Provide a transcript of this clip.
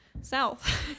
south